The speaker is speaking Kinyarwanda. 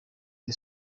the